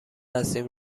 هستیم